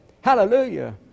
hallelujah